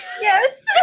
Yes